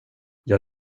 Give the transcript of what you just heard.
jag